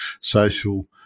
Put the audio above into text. social